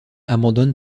abandonne